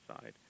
side